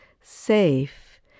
safe